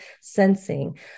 sensing